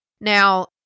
Now